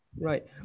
Right